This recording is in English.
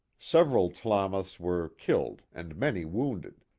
several tlamaths were killed and many wounded,